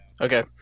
Okay